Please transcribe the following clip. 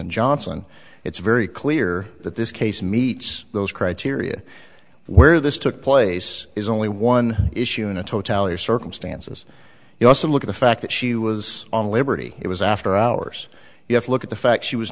in johnson it's very clear that this case meets those criteria where this took place is only one issue in a totality of circumstances you also look at the fact that she was on liberty it was after hours you have to look at the fact she was